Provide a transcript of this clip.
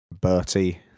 Bertie